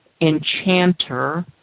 enchanter